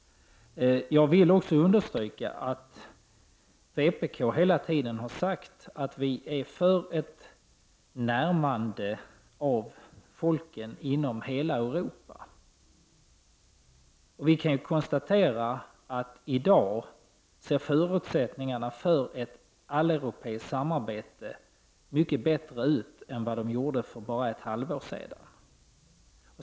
Jag vill också understryka att vpk hela tiden har varit för ett närmande av folken i hela Europa. Vi kan konstatera att i dag ser förutsättningarna för ett alleuropeiskt samarbete mycket bättre ut än vad de gjorde för bara ett halvår sedan.